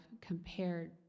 compared